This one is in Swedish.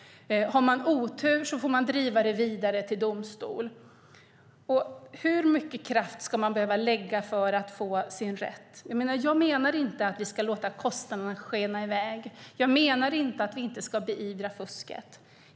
Har man otur får man driva det vidare till domstol. Hur mycket kraft ska man behöva lägga ned för att få sin rätt? Jag menar inte att vi ska låta kostnaderna skena i väg. Jag menar inte att vi inte ska beivra fusket.